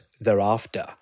thereafter